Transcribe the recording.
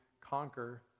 conquer